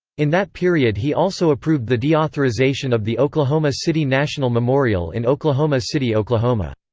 in that period he also approved the deauthorization of the oklahoma city national memorial in oklahoma city, oklahoma.